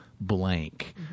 blank